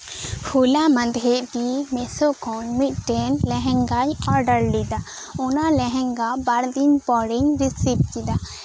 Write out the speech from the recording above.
ᱦᱚᱞᱟ ᱢᱟᱸᱫᱦᱮᱨᱜᱮ ᱢᱮᱥᱚᱠᱷᱚᱱ ᱢᱤᱫᱴᱮᱱ ᱞᱮᱦᱮᱜᱟᱧ ᱚᱰᱟᱨ ᱞᱮᱫᱟ ᱚᱱᱟ ᱞᱮᱦᱮᱝᱜᱟ ᱵᱟᱨᱫᱤᱱ ᱯᱚᱨᱮᱧ ᱨᱤᱥᱤᱵ ᱠᱮᱫᱟ